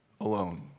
alone